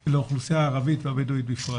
של האוכלוסייה הערבית-הבדואית בישראל.